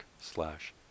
slash